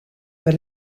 per